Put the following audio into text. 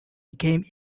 became